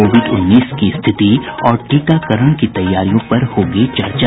Covid उन्नीस की स्थिति और टीकाकरण की तैयारियों पर होगी चर्चा